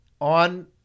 on